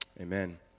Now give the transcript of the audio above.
amen